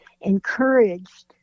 encouraged